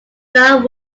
died